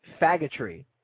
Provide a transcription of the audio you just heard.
Faggotry